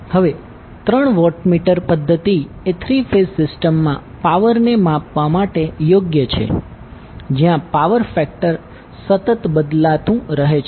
હવે ત્રણ વોટમીટર પદ્ધતિ એ થ્રી ફેઝ સિસ્ટમમાં પાવર ને માપવા માટે યોગ્ય છે જ્યાં પાવર ફેક્ટર સતત બદલાતું રહે છે